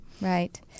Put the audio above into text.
right